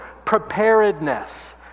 Preparedness